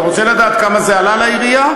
אתה רוצה לדעת כמה זה עלה לעירייה?